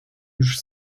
już